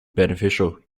beneficial